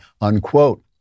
unquote